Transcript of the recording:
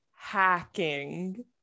Hacking